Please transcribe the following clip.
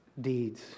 deeds